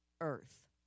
earth